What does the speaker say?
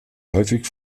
häufig